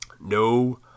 No